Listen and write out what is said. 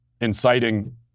inciting